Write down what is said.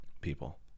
people